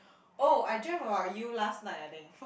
oh I dreamt about you last night I think